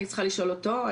אני צריכה לשאול אותו.